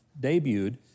debuted